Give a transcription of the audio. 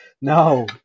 No